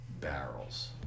barrels